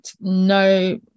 no